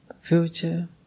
future